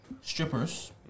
strippers